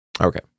Okay